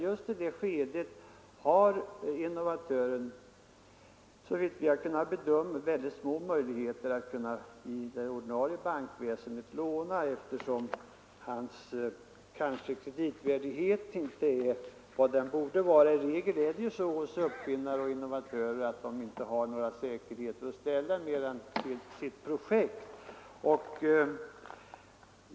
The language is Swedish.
Just i det skedet har innovatören såvitt vi har kunnat bedöma väldigt små möjligheter att låna i det ordinarie bankväsendet, eftersom hans kreditvärdighet kanske inte är vad den borde vara. I regel har ju uppfinnare och innovatörer inte några säkerheter att ställa mer än sitt projekt.